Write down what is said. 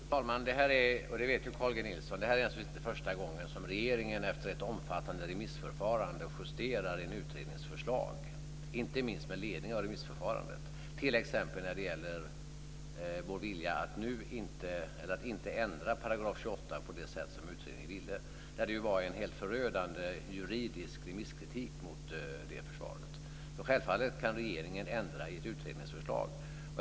Fru talman! Det här är inte, det vet Carl G Nilsson, första gången som regeringen efter ett omfattande remissförfarande justerar en utrednings förslag, inte minst med ledning av remissförfarandet, t.ex. vår vilja att inte ändra § 28 på det sätt som utredningen ville. Det var helt förödande juridisk remisskritik mot det förslaget. Självfallet kan regeringen ändra i ett utredningsförslag.